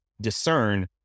discern